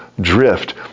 drift